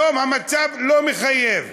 המצב כיום לא מחייב.